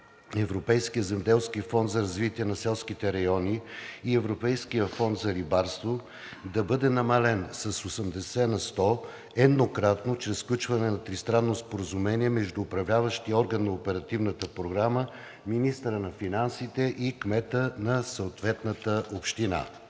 Европейския земеделски фонд за развитие на селските райони и Европейския фонд за рибарство, да бъде намален с 80 на сто еднократно чрез сключване на тристранно споразумение между управляващия орган на оперативната програма, министъра на финансите и кмета на съответната община.